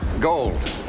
gold